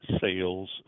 sales